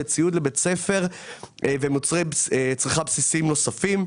לציוד לבית-ספר ומוצרי צריכה בסיסיים נוספים.